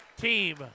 team